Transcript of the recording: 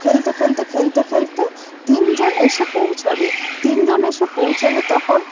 খেলতে খেলতে খেলতে খেলতে তিনজন এসে পৌঁছাবে তিনজন এসে পৌঁছালে তখন